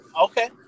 okay